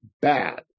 bad